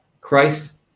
Christ